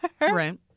Right